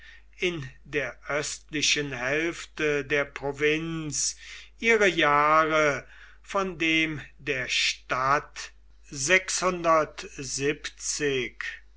in der östlichen hälfte der provinz ihre jahre von dem der stadt